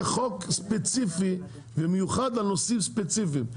זה חוק ספציפי במיוחד על נושאים ספציפיים,